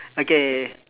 okay